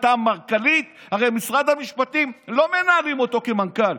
הייתה אמרכלית הרי את משרד המשפטים לא מנהלים כמנכ"ל,